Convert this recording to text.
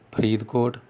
Faridkot